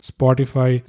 Spotify